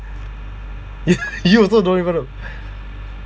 you also don't even know